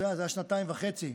זה היה שנתיים וחצי.